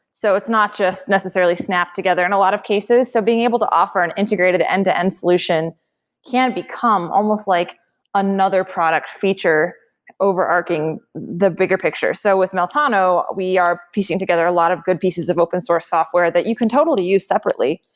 so it's not just necessarily snapped together in a lot of cases. so being able to offer an integrated end to-end solution can become almost like another product feature overarching the bigger picture. so with meltano, we are piecing together a lot of good pieces of open source software that you can totally use separately,